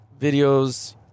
videos